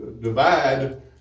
divide